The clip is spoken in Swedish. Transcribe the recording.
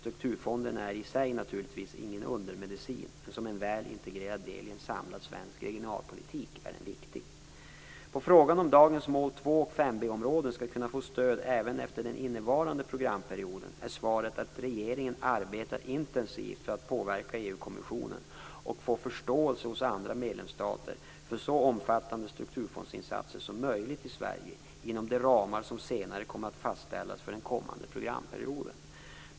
Strukturfonderna är i sig naturligtvis ingen undermedicin, men som en väl integrerad del i en samlad svensk regionalpolitik är de viktiga. På frågan om dagens mål 2 och 5b-områden skall kunna få stöd även efter den innevarande programperioden är svaret att regeringen arbetar intensivt för att påverka EU-kommissionen och få förståelse hos andra medlemsstater för så omfattande strukturfondsinsatser som möjligt i Sverige inom de ramar som senare kommer att fastställas för den kommande programperioden.